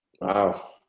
wow